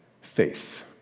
faith